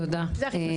זה הכי חשוב.